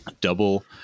double –